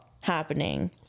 happening